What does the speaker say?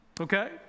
Okay